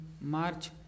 March